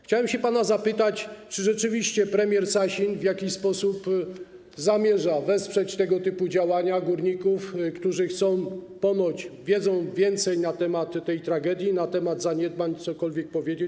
Chciałem pana zapytać, czy rzeczywiście premier Sasin w jakiś sposób zamierza wesprzeć tego typu działania górników, którzy ponoć wiedzą więcej na temat tej tragedii, na temat zaniedbań i chcą cokolwiek powiedzieć?